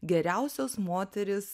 geriausios moterys